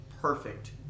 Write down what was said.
Perfect